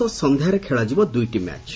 ସଂଧ୍ଧାରେ ଖେଳାଯିବ ଦୁଇଟି ମ୍ୟାଚ୍